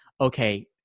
okay